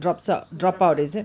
ya he dropped out